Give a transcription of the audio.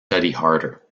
harder